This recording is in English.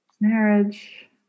marriage